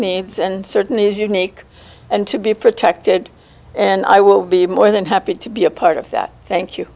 needs and certainly is unique and to be protected and i will be more than happy to be a part of that thank you